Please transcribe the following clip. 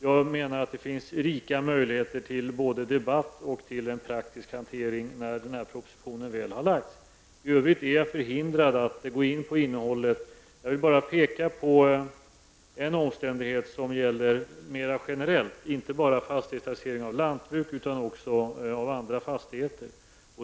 Jag menar att det finns rika möjligheter till både debatt och praktisk hantering när propositionen väl har lagts fram. I övrigt är jag förhindrad att gå in på innehållet. Jag vill bara peka på en omständighet som gäller mera generellt, inte bara fastighetstaxering av lantbruk utan även taxering av andra fastigheter.